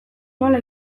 nola